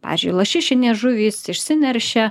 pavyzdžiui lašišinės žuvys išsineršia